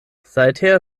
seither